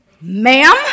Ma'am